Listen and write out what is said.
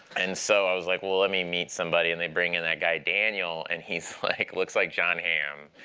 and so i was like, well, let me meet somebody. and they bring in that guy, daniel, and he's like looks like jon hamm.